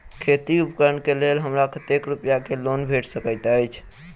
खेती उपकरण केँ लेल हमरा कतेक रूपया केँ लोन भेटि सकैत अछि?